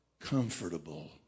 comfortable